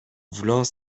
voulant